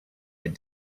had